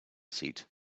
seat